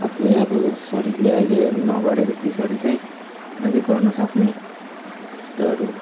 आफूले अब शरीरले अहिले नगरेको चिजहरू चाहिँ अझै गर्नुसक्ने त्यस्तोहरू